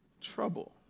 trouble